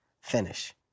finish